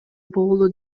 болду